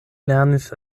lernis